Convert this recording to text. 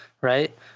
right